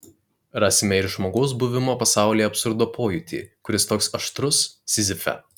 rasime ir žmogaus buvimo pasaulyje absurdo pojūtį kuris toks aštrus sizife